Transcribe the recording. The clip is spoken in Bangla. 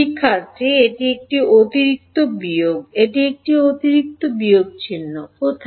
শিক্ষার্থী এটি একটি অতিরিক্ত বিয়োগ এটি একটি অতিরিক্ত বিয়োগ চিহ্ন কোথায়